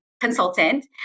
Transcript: consultant